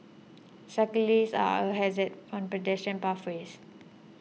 cyclists are a hazard on pedestrian pathways